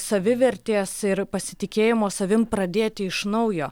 savivertės ir pasitikėjimo savim pradėti iš naujo